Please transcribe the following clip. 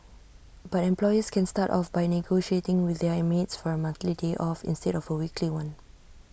but employers can start off by negotiating with their maids for A monthly day off instead of A weekly one